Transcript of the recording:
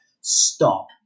Stop